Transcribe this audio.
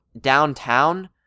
downtown